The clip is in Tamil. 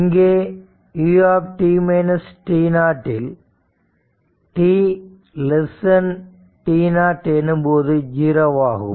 இங்கே u இல் t t0 எனும்போது 0 ஆகும்